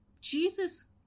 Jesus